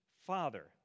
Father